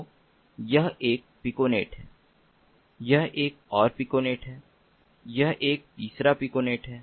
तो यह एक पिकोनेट है यह एक और पिकोनेट है यह एक तीसरा पिकोनेट है